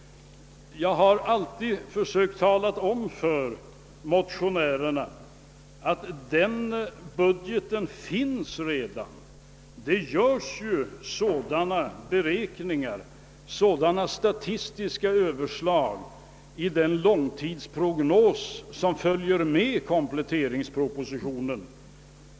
Jag har alltid försökt tala om för motionärerna att den budgeten redan finns. Det görs ju sådana beräkningar och statistiska överslag i den långtidsprognos, som följer med kompletteringspropositionen.